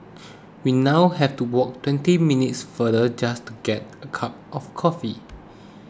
we now have to walk twenty minutes further just to get a cup of coffee